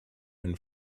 own